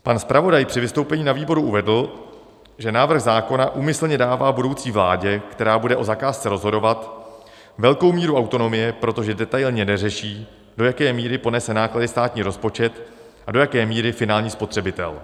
Pan zpravodaj při vystoupení na výboru uvedl, že návrh zákona úmyslně dává budoucí vládě, která bude o zakázce rozhodovat, velkou míru autonomie, protože detailně neřeší, do jaké míry ponese náklady státní rozpočet a do jaké míry finální spotřebitel.